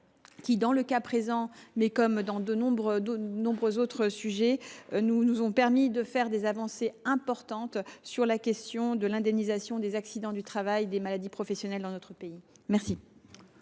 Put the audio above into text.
qui, dans le cas présent, mais comme sur de nombreux autres sujets, ont permis des avancées importantes sur la question de l’indemnisation des accidents du travail et des maladies professionnelles. Je mets aux voix